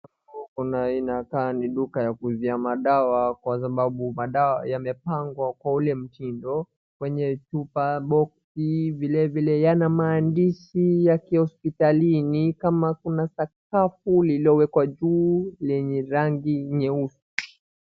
Huku kunakaa ni duka ya kuuzia madawa kwa sababu madawa yamepangwa kwa ule mtindo kwenye chupa, boxi, vilevile yana maandishi ya kihospitalini kama kuna sakafu lililowekwa juu lenye rangi nyeupe.